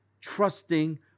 trusting